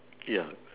ya